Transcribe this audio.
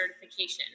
certification